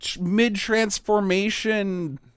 mid-transformation